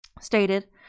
stated